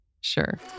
Sure